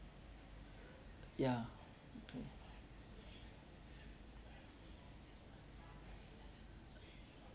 ya okay